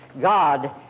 God